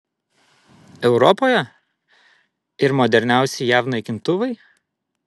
europoje ir moderniausi jav naikintuvai